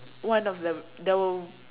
one of them the w~